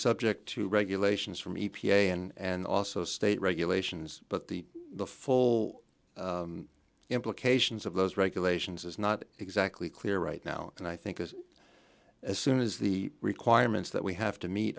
subject to regulations from e p a and also state regulations but the full implications of those regulations is not exactly clear right now and i think as as soon as the requirements that we have to meet